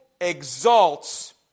exalts